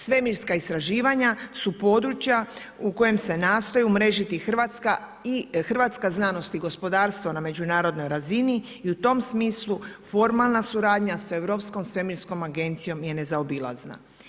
Svemirska istraživanja su područja u kojem se nastoje umrežiti hrvatska znanost i gospodarstvo na međunarodnoj razini i u tom smislu formalna suradnja sa Europskom svemirskom agencijom je nezaobilazna.